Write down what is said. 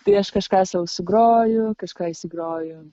tai aš kažką sau sugroju kažką įsigroju